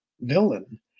villain